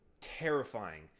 terrifying